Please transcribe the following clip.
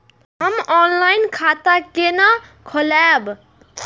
हम ऑनलाइन खाता केना खोलैब?